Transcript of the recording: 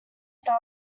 they